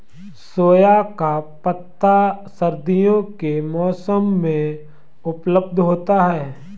सोआ का पत्ता सर्दियों के मौसम में उपलब्ध होता है